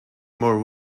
more